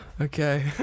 Okay